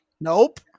Nope